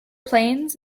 plains